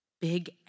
big